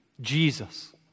Jesus